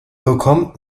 bekommt